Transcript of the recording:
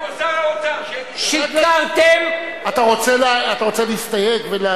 שיקרתם, אתה רוצה להסתייג?